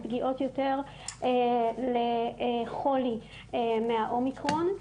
ופגיעות יותר לחולי מהאומיקרון.